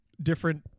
different